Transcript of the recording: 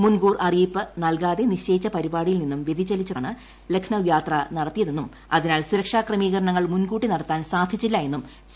മുൻകൂർ അറിയിപ്പ് നൽകാതെ നിശ്ചയിച്ച പരിപാടിയിൽ നിന്നും വ്യതിചലിച്ചാണ് ലഖ്നൌയാത്ര നടത്തിയതെന്നും അതിനാൽ സുരക്ഷാ ക്രമീകരണങ്ങൾ മുൻകൂട്ടി നടത്താൻ സാധിച്ചില്ല എന്നും സി